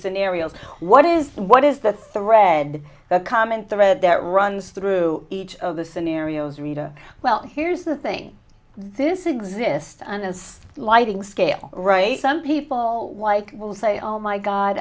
scenarios what is what is the thread the common thread that runs through each of the scenarios rita well here's the thing this existence lighting scale right some people like will say oh my god